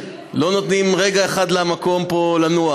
לא נותנים רגע אחד למקום פה לנוח,